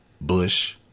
Bush